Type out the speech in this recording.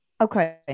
Okay